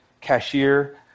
cashier